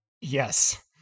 Yes